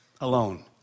alone